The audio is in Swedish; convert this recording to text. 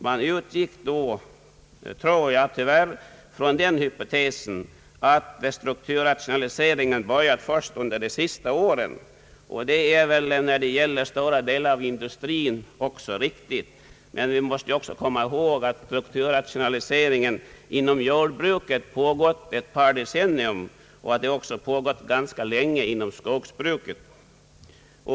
Man utgick då, tror jag, tyvärr från den hypotesen att strukturrationaliseringen börjat först under de senaste åren, och det är väl i fråga om stora delar av industrin också riktigt, men vi måste även komma ihåg att strukturrationaliseringen inom jordbruket pågått ett par decennier och att den pågått ganska länge också inom skogsbruket.